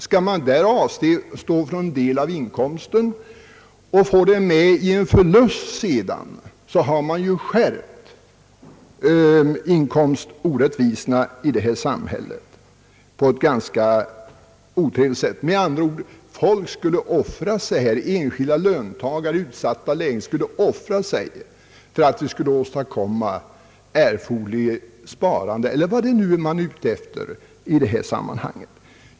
Skall man där avstå från en del av inkomsten och förlora det i en företagskonkurs, då har man ju skärpt inkomstorättvisorna i det här samhället på ett ganska otrevligt sätt — med andra ord: enskilda löntagare i utsatta lägen och företag skulle offra sig för att åstadkomma erforderligt sparande, eller vad det nu är man är ute efter.